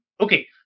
Okay